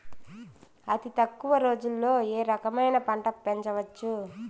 అతి తక్కువ రోజుల్లో ఏ రకమైన పంట పెంచవచ్చు?